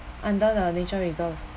under the nature reserve